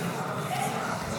אני קובע כי